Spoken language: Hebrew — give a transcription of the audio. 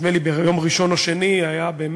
נדמה לי ביום ראשון או שני, זה היה מראה